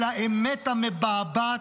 אל האמת המבעבעת.